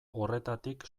horretatik